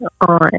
on